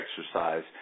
exercise